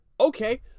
okay